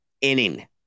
inning